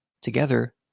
Together